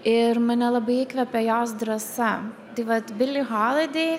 ir mane labai įkvepė jos drąsa tai vat bili holidei